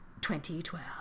2012